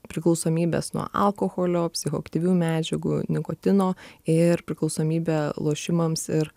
priklausomybės nuo alkoholio psichoaktyvių medžiagų nikotino ir priklausomybė lošimams ir